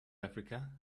africa